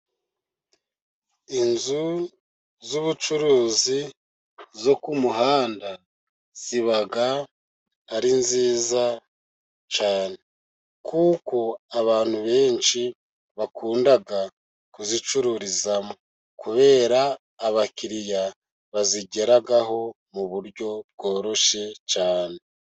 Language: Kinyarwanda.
Inzu z'ubucuruzi zo ku muhanda, ziba ari nziza cyane. Kuko abantu benshi bakunda kuzicururizamo kubera abakiriya bazigeraho mu buryo bworoshye cyane.